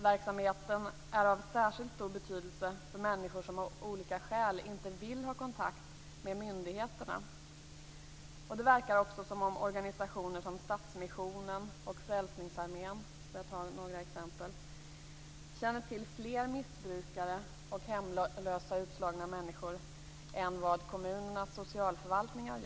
Verksamheten är av särskilt stor betydelse för människor som av olika skäl inte vill ha kontakt med myndigheterna. Det verkar också som om organisationer som Stadsmissionen och Frälsningsarmén, för att ta några exempel, känner till fler missbrukare och hemlösa utslagna människor än kommunernas socialförvaltningar.